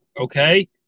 okay